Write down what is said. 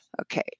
Okay